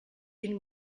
vint